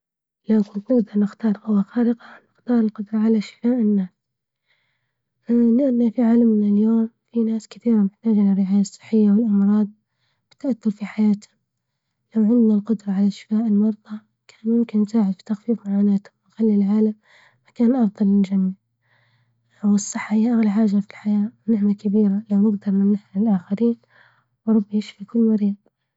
لو كنت بختار قوة خارقة بختار القدرة علي شفاء الناس، في عالمنا اليوم في ناس كتير للرعاية الصحية والامراض وتأثر في حياتهم، لو عندنا القدرة على شفاء المرضى ، كان ممكن تساعد في تخفيف معاناتهم، وخلي العالم مكان أفضل للجميع، والصحة هي أغلي حاجة في الحياة نعمة كبيرة لو نقدر نمنحها للآخرين، وربي يشفي كل مريض.